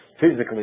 physically